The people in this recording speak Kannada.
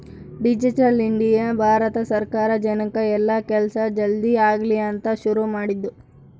ಡಿಜಿಟಲ್ ಇಂಡಿಯ ಭಾರತ ಸರ್ಕಾರ ಜನಕ್ ಎಲ್ಲ ಕೆಲ್ಸ ಜಲ್ದೀ ಆಗಲಿ ಅಂತ ಶುರು ಮಾಡಿದ್ದು